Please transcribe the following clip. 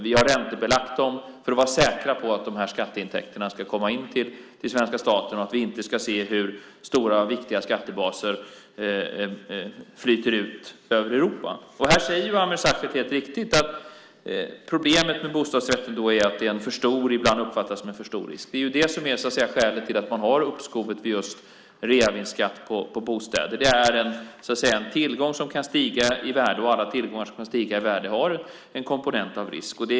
Vi har räntebelagt dem för att vara säkra på att de här skatteintäkterna ska komma in till svenska staten så att vi inte behöver se hur stora och viktiga skattebaser flyter ut över Europa. Här säger Ameer Sachet, helt riktigt, att problemet med bostadsrätter är att de ibland uppfattas som en för stor risk. Det är det som, så att säga, är skälet till att man har det här uppskovet just vid reavinstskatt på bostäder. Det är en tillgång som kan stiga i värde, och alla tillgångar som kan stiga i värde har en komponent av risk.